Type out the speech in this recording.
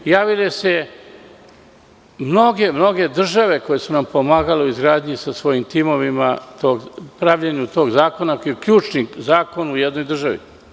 Javile su se mnoge države koje su nam pomagale u sa svojim timovima pravljenju tog zakona, koji je ključni zakon u jednoj državi.